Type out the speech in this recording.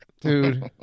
Dude